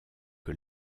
que